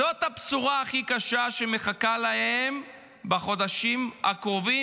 זאת הבשורה הכי קשה שמחכה להם בחודשים הקרובים,